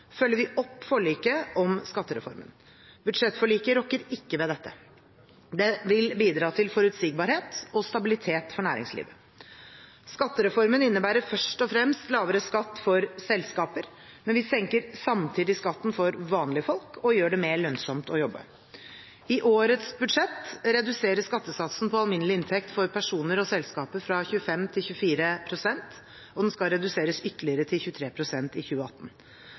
følger vi opp forliket om skattereformen. Budsjettforliket rokker ikke ved dette. Det vil bidra til forutsigbarhet og stabilitet for næringslivet. Skattereformen innebærer først og fremst lavere skatt for selskaper, men vi senker samtidig skatten for vanlige folk og gjør det mer lønnsomt å jobbe. I årets budsjett reduseres skattesatsen på alminnelig inntekt for personer og selskaper fra 25 til 24 pst, og den skal reduseres ytterligere til 23 pst. i 2018.